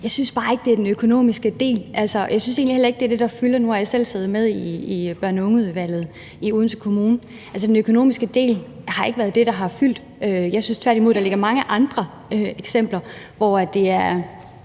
Jeg synes bare ikke, at det er den økonomiske del, der fylder. Nu har jeg selv siddet med i børn- og ungeudvalget i Odense Kommune, og den økonomiske del har ikke været det, der har fyldt. Jeg synes tværtimod, at der ligger mange andre eksempler, hvor det er